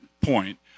point